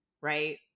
Right